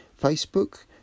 Facebook